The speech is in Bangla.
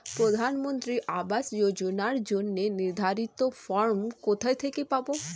প্রধানমন্ত্রী আবাস যোজনার জন্য নির্ধারিত ফরম কোথা থেকে পাব?